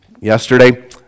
yesterday